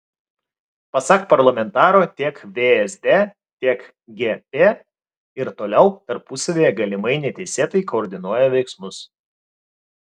pasak parlamentaro tiek vsd tiek gp ir toliau tarpusavyje galimai neteisėtai koordinuoja veiksmus